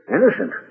Innocent